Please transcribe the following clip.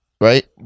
right